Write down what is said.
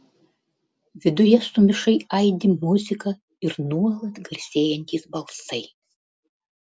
viduje sumišai aidi muzika ir nuolat garsėjantys balsai